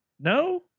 no